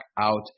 out